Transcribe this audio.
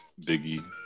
Biggie